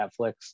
Netflix